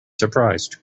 surprised